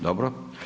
Dobro.